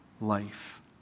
life